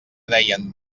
deien